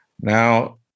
now